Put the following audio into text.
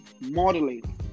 modeling